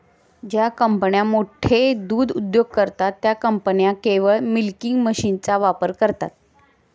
ज्या कंपन्या मोठे दूध उद्योग करतात, त्या कंपन्या केवळ मिल्किंग मशीनचा वापर करतात